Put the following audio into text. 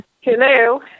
Hello